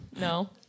no